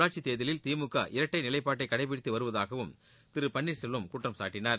உள்ளாட்சித்தேர்தலில் திமுக இரட்டை நிலைப்பாட்டை கடைபிடித்து வருவதாகவும் திரு பன்னீர்செல்வம் குற்றம் சாட்டினார்